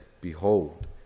Behold